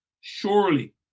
surely